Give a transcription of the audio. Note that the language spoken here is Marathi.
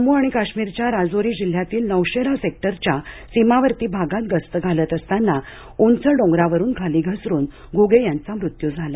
जम्मू आणि काश्मीरच्या राजोरी जिल्ह्यातील नौशेरा सेक्टरच्या सीमावर्ती भागात गस्त घालत असतांना उच डोगरावरून खाली घसरून घुगे यांचा मृत्यू झाला